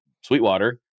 Sweetwater